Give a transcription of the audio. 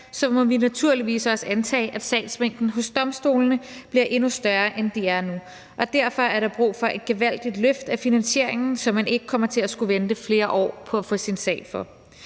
må vi naturligvis også antage, at sagsmængden hos domstolene bliver endnu større, end den er nu, og derfor er der brug for et gevaldigt løft i finansieringen, så man ikke kommer til at skulle vente flere år på at få sin sag for.